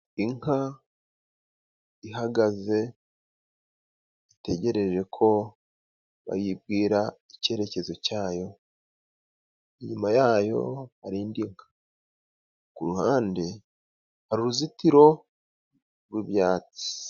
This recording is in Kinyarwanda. Inka ihagaze itegerejeko bayibwira icyerekezo cyayo, inyuma yayo hari indi nka ,ku ruhande hari uruzitiro rw'ibyatsi.